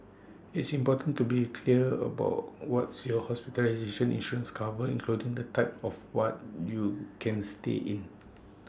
it's important to be clear about what's your hospitalization insurance covers including the type of what you can stay in